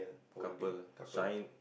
couple ah sign